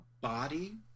body